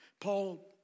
Paul